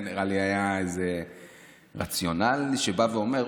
בזה נראה לי שהיה איזה רציונל: אוקיי,